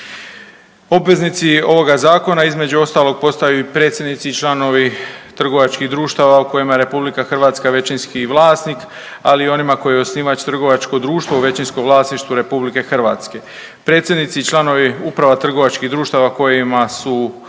Obveznici ovoga zakona između ostalog postaju i predsjednici i članovi trgovačkih društava u kojima je RH većinski vlasnik, ali i onima koji je osnivač trgovačko društvo u većinskom vlasništvu RH. Predsjednici i članovi uprava trgovačkih društava kojima su